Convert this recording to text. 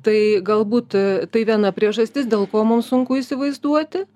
tai galbūt tai viena priežastis dėl ko mum sunku įsivaizduoti